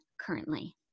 currently